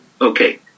okay